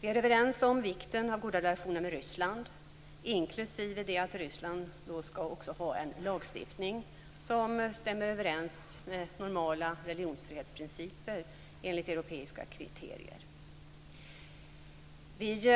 Vi är överens om vikten av goda relationer med Ryssland - inklusive detta att Ryssland skall ha en lagstiftning som stämmer överens med normala religionsfrihetsprinciper enligt europeiska kriterier. Vi